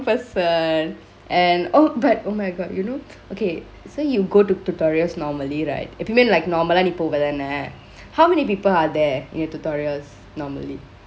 first err and oh but oh my god you know okay so you go to tutorials normally right எப்போயுமே:epoyume like normal லா நீ போவதான:laa nee povethaane how many people are there in your tutorials normally